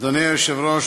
אדוני היושב-ראש,